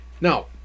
Now